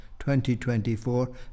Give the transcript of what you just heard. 2024